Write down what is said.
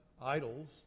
idols